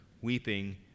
weeping